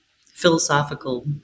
philosophical